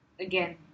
again